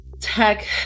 tech